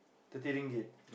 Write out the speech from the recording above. thirty ringgit